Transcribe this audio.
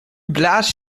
blaas